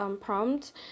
prompt